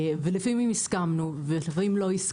לפעמים הסכמנו ולפעמים לא,